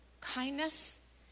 kindness